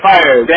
Fire